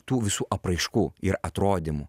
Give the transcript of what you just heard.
tų visų apraiškų ir atrodymų